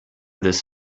this